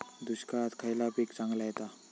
दुष्काळात खयला पीक चांगला येता?